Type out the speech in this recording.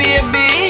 Baby